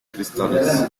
cristales